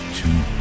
two